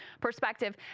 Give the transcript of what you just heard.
perspective